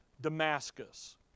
Damascus